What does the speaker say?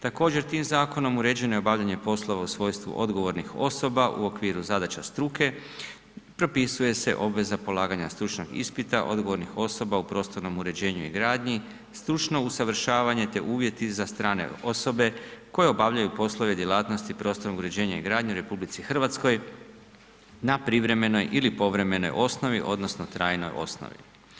Također tim zakonom uređeno je obavljanje poslova u svojstvu odgovornih osoba u okviru zadaća struke, propisuje se obveza polaganja stručnog ispita, odgovornih osoba u prostornom uređenju i gradnji, stručno usavršavanje te uvjeti za strane osobe koje obavljaju poslove djelatnosti prostornog uređenja i gradnje u RH na privremenoj ili povremenoj osnovi odnosno trajnoj osnovi.